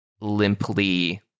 limply